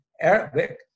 Arabic